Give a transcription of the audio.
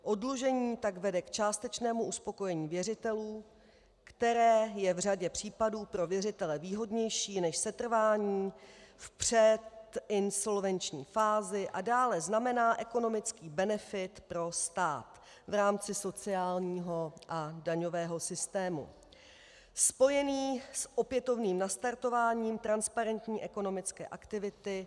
Oddlužení tak vede k částečnému uspokojení věřitelů, které je v řadě případů pro věřitele výhodnější než setrvání v předinsolvenční fázi a dále znamená ekonomický benefit pro stát v rámci sociálního a daňového systému spojený s opětovným nastartováním transparentní ekonomické aktivity dlužníkem.